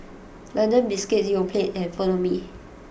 London Biscuits Yoplait and Follow Me